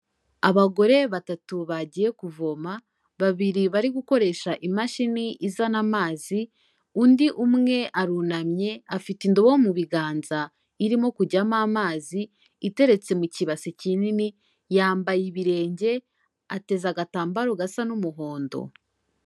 Abagore batatu bagiye kuvoma, babiri bari gukoresha imashini izana amazi, undi umwe arunamye, afite indobo mu biganza, irimo kujyamo amazi, iteretse mu kibase kinini, yambaye ibirenge, ateze agatambaro gasa n'umuhondo.